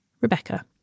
Rebecca